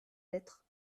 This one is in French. lettre